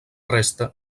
resta